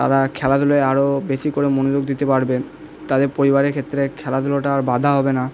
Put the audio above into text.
তারা খেলাধুলায় আরও বেশি করে মনোযোগ দিতে পারবে তাদের পরিবারের ক্ষেত্রে খেলাধুলোটা আর বাধা হবে না